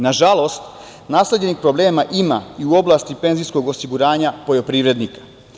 Nažalost, nasleđenih problema ima i u oblasti penzijskog osiguranja poljoprivrednika.